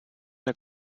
der